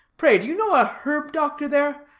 pray, do you know a herb-doctor there?